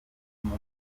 kongo